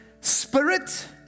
Spirit